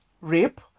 rape